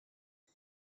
när